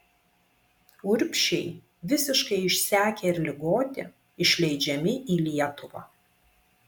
urbšiai visiškai išsekę ir ligoti išleidžiami į lietuvą